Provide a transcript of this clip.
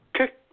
Okay